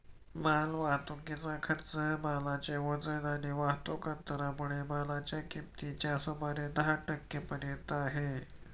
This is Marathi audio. माल वाहतुकीचा खर्च मालाचे वजन आणि वाहतुक अंतरामुळे मालाच्या किमतीच्या सुमारे दहा टक्के पर्यंत आहे